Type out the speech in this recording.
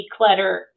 declutter